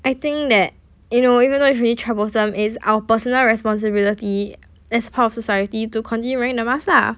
I think that you know even though it's really troublesome it's our personal responsibility as part of society to continue wearing the mask lah